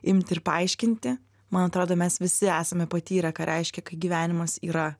imti ir paaiškinti man atrodo mes visi esame patyrę ką reiškia kai gyvenimas yra